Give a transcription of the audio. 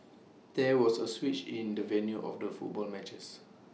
there was A switch in the venue of the football matches